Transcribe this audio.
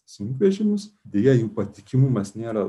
sunkvežimius deja jų patikimumas nėra